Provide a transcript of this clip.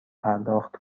پرداخت